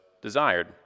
desired